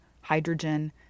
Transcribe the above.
hydrogen